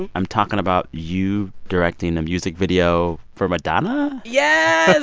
and i'm talking about you directing a music video for madonna yeah